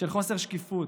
של חוסר שקיפות,